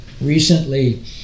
Recently